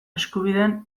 eskubideen